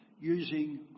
using